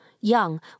young